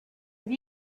have